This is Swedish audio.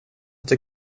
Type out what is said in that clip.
det